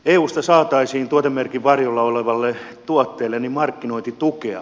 eusta saataisiin tuotemerkin varjolla olevalle tuotteelle markkinointitukea